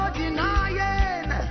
denying